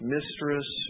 Mistress